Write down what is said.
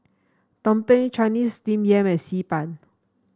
tumpeng Chinese Steamed Yam and Xi Ban